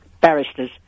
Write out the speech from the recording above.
barristers